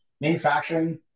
manufacturing